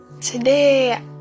Today